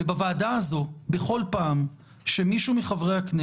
ובוועדה הזו בכל פעם שמישהו מחברי הכנסת